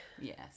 Yes